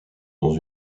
dans